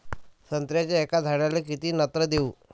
संत्र्याच्या एका झाडाले किती नत्र देऊ?